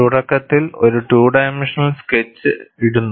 തുടക്കത്തിൽ ഒരു two dimensional sketch ഇടുന്നു